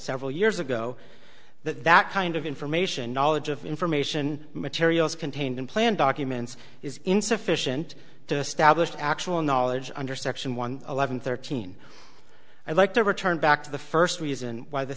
several years ago that that kind of information knowledge of information materials contained in plan documents is insufficient to establish actual knowledge under section one eleven thirteen i'd like to return back to the first reason why the